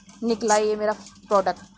نکلا یہ میرا پروڈک